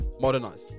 modernize